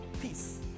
peace